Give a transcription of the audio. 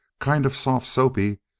kind of soft-soapy,